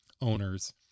owners